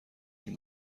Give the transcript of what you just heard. این